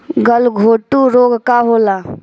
गलघोटू रोग का होला?